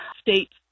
States